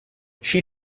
she